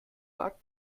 wagt